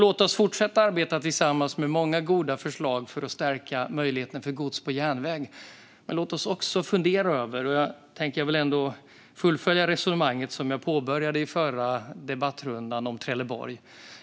Låt oss fortsätta att arbeta tillsammans med många goda förslag för att stärka möjligheten för gods på järnväg. Jag vill fullfölja det resonemang om Trelleborg som jag påbörjade i den förra debattrundan.